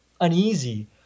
uneasy